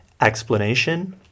Explanation